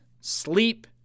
sleep